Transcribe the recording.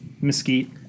mesquite